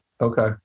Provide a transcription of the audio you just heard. Okay